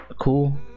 cool